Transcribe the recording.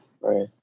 Right